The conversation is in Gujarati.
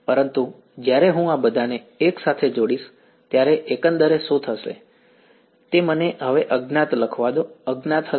પરંતુ જ્યારે હું આ બધાને એકસાથે જોડીશ ત્યારે એકંદરે શું છે તે મને હવે અજ્ઞાત લખવા દો અજ્ઞાત હશે